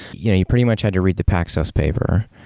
you know you pretty much had to read the paxos paper,